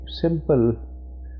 simple